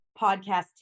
podcast